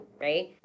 right